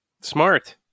Smart